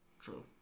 True